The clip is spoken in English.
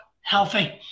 healthy